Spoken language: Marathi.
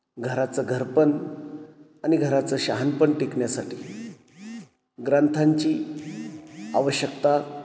घराचं घर पण आणि घराचं शहाणपण टिकण्यासाठी ग्रंथांची आवश्यकता